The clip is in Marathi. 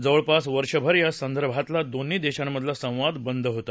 जवळपास वर्षभर या संदर्भातला दोन्ही देशांमधला संवाद बद होता